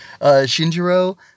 Shinjiro